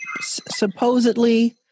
supposedly